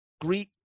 greet